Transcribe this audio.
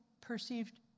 perceived